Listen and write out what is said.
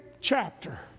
chapter